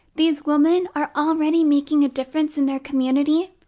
these women are already making a difference in their community,